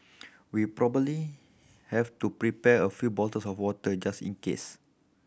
we probably have to prepare a few bottles of water just in case